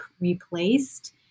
replaced